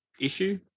issue